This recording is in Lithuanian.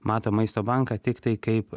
mato maisto banką tiktai kaip